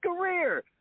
career